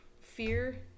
fear